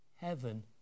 heaven